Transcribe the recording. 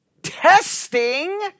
testing